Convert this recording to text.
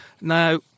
Now